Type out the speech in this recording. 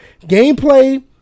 Gameplay